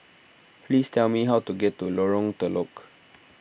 please tell me how to get to Lorong Telok